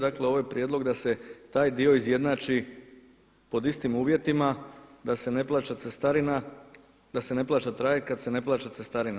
Dakle, ovo je prijedlog da se taj dio izjednači pod istim uvjetima, da se ne plaća cestarina, da se ne plaća trajekt kad se ne plaća cestarina.